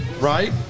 right